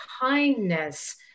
kindness